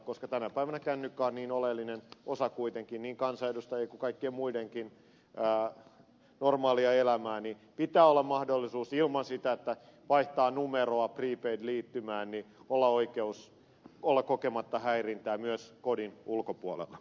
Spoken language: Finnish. koska tänä päivänä kännykkä on niin oleellinen osa kuitenkin niin kansanedustajien kuin kaikkien muidenkin normaalia elämää niin pitää olla mahdollisuus ilman sitä että vaihtaa numeroa prepaid liittymää olla oikeus olla kokematta häirintää myös kodin ulkopuolella